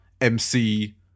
MC